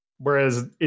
Whereas